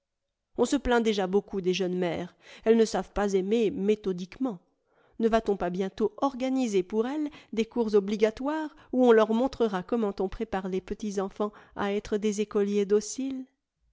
on se plaint déjà beaucoup des jeunes mères elles ne savent pas aimer méthodiquement ne vat on pas bientôt organiser pour elles des cours obligatoires où on leur montrera comment on prépare les petits enfants à être des écoliers dociles